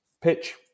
pitch